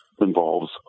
involves